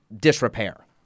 disrepair